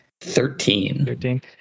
Thirteen